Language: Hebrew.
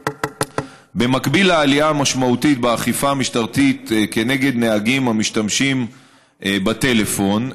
במקביל לעלייה המשמעותית באכיפה המשטרתית כנגד נהגים המשתמשים בטלפון,